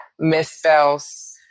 misspells